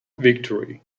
victory